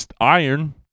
iron